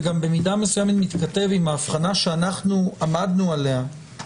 זה גם במידה מסוימת מתכתב עם ההבחנה שאנחנו עמדנו עליה.